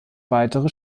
weitere